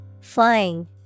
Flying